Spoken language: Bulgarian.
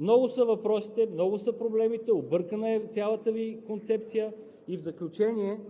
Много са въпросите, много са проблемите, объркана е цялата Ви концепция. В заключение,